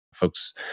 Folks